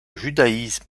judaïsme